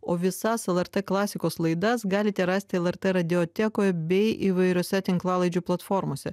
o visas lrt klasikos laidas galite rasti lrt radiotekoje bei įvairiose tinklalaidžių platformose